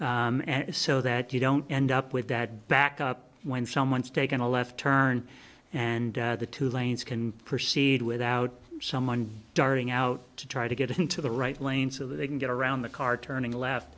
edge so that you don't end up with that back up when someone's taken a left turn and the two lanes can proceed without someone darting out to try to get into the right lane so they can get around the car turning left